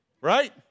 Right